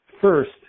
First